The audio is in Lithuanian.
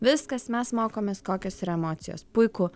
viskas mes mokomės kokios yra emocijos puiku